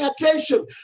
attention